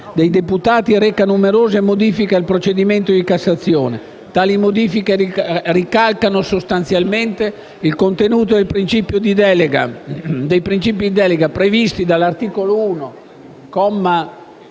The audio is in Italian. la Camera, reca numerose modifiche al procedimento di Cassazione. Tali modifiche ricalcano sostanzialmente il contenuto dei principi di delega previsti dall'articolo 1,